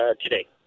today